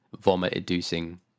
vomit-inducing